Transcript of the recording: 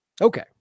Okay